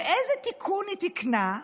ואיזה תיקון היא תיקנה?